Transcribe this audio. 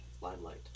limelight